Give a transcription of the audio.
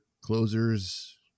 closers